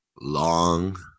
long